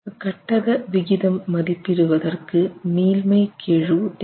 கட்டக விகிதம் n மதிப்பிடுவதற்கு மீள்மைக் கெழு தேவை